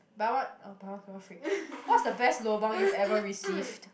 buy one oh buy one got one free what's the best lobang you've ever received